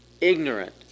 ignorant